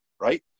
right